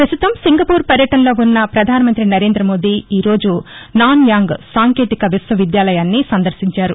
ప్రస్తుతం సింగపూర్ పర్యటనలో వున్న ప్రధానమంత్రి నరేంద్రమోదీ ఈ రోజు నాన్ యాంగ్ సాంకేతిక విశ్వవిద్యాలయాన్ని సందర్శించారు